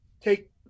take